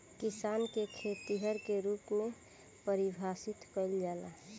किसान के खेतिहर के रूप में परिभासित कईला जाला